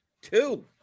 Two